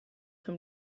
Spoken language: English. him